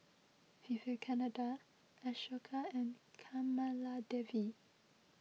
Vivekananda Ashoka and Kamaladevi